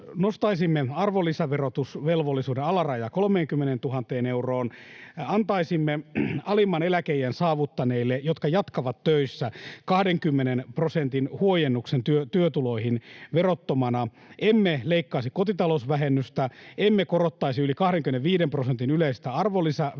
Nostaisimme arvonlisäverotusvelvollisuuden alarajaa 30 000 euroon. Antaisimme alimman eläkeiän saavuttaneille, jotka jatkavat töissä, 20 prosentin huojennuksen työtuloihin verottomana. Emme leikkaisi kotitalousvähennystä. Emme korottaisi yli 25 prosentin yleistä arvonlisäverotusta, ja sitten